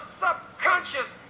subconscious